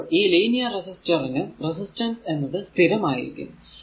അപ്പോൾ ഈ linear resistor നു റെസിസ്റ്റൻസ് എന്നത് സ്ഥിരം ആയിരിക്കും